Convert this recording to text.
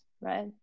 right